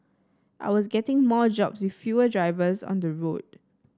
I was getting more jobs with fewer drivers on the road